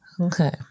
okay